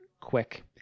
quick